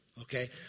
Okay